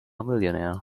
millionaire